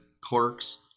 clerks